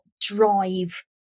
drive